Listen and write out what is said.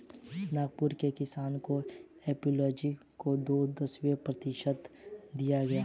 नागपुर के किसानों को एपियोलॉजी पर दो दिवसीय प्रशिक्षण दिया गया